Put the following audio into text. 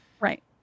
Right